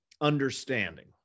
understanding